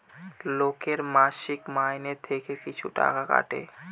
লোকের মাসিক মাইনে থেকে কিছু টাকা কাটে